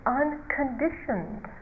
unconditioned